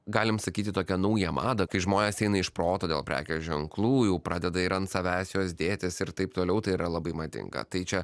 galim sakyti tokią naują madą kai žmonės eina iš proto dėl prekės ženklų jau pradeda ir ant savęs juos dėtis ir taip toliau tai yra labai madinga tai čia